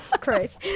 Christ